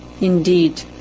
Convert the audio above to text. indeed